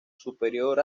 superior